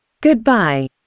Goodbye